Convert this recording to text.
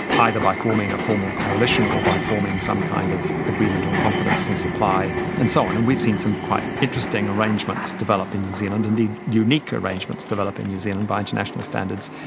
either by forming a formal coalition or by forming some kind of agreement on confidence and supply and so on. and we've seen some quite interesting arrangements develop in new zealand, indeed unique arrangements develop in new zealand by international standards.